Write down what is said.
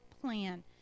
plan